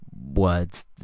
words